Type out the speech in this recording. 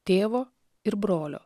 tėvo ir brolio